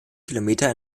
kilometer